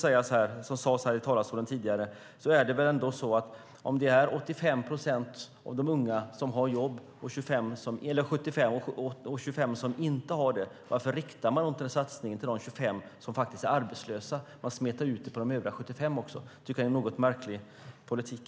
I en situation där 75 procent av de unga har jobb och 25 procent inte har jobb, varför riktas inte en satsning mot de 25 procent arbetslösa i stället för att även smeta ut satsningarna på de övriga 75 procenten? Det är en märklig politik.